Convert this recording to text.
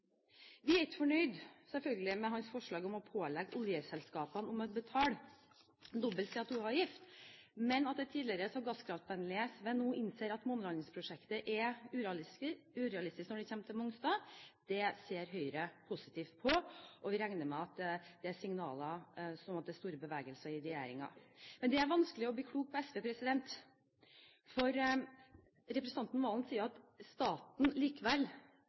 er selvfølgelig ikke fornøyd med hans forslag om å pålegge oljeselskapene å betale dobbel CO2-avgift. Men at det tidligere så gasskraftvennlige SV nå innser at månelandingsprosjektet er urealistisk når det gjelder Mongstad, ser Høyre positivt på. Vi regner med at det er signaler om at det er store bevegelser i regjeringen. Men det er vanskelig å bli klok på SV, for representanten Serigstad Valen sier i dag at staten likevel